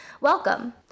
Welcome